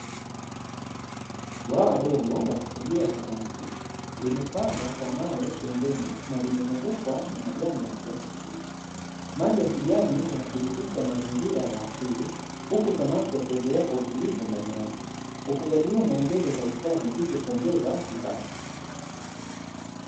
Bwawa dogo la kufugia samaki limepambwa kwa mawe pembeni na limezungukwa na majani ya kijani kibichi, maji ya kijani yanathibitisha mazingira ya asili huku samaki wakiogelea kwa utulivu ndani yake, ufugaji huu unaongeza uzalishaji hivyo kuongeza kipato.